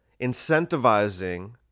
incentivizing